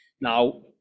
now